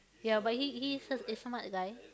ya but he he's a a smart guy